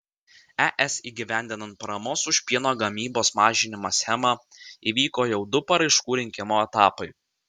es įgyvendinant paramos už pieno gamybos mažinimą schemą įvyko jau du paraiškų rinkimo etapai